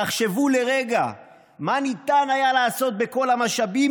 תחשבו לרגע מה ניתן היה לעשות בכל המשאבים